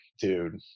dude